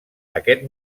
aquest